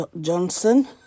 Johnson